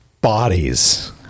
bodies